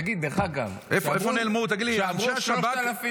תגיד לי, איפה נעלמו אנשי השב"כ?